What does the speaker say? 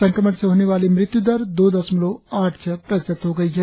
संक्रमण से होने वाली मृत्यु दर दो दशमलव आठ छह प्रतिशत हो गई है